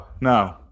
No